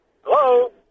Hello